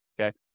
okay